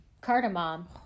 cardamom